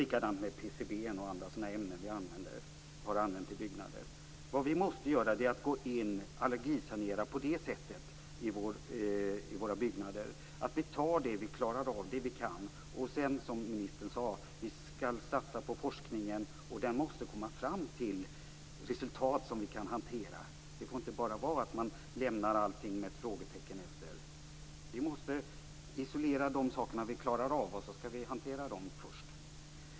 Likadant är det med PCB och andra sådana ämnen som vi använt i byggnader. Vad vi måste göra är att allergisanera på det sättet i våra byggnader att vi tar itu med det vi klarar av och kan. Sedan skall vi satsa på forskningen, och den måste komma fram till resultat som vi kan hantera. Det får inte bara vara så att man lämnar allting med ett frågetecken. Vi måste isolera de saker vi klarar av och hantera dem först.